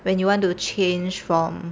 when you want to change from